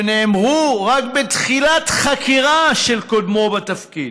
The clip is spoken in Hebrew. שנאמר רק בתחילת חקירה של קודמו בתפקיד: